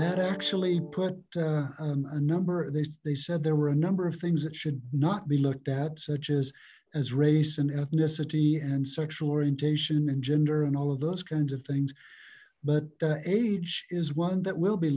that actually put a number they said there were a number of things that should not be looked at such as as race and ethnicity and sexual orientation and gender and all of those kinds of things but age is one that will be